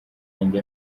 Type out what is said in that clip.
yanjye